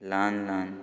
ल्हान ल्हान